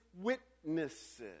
witnesses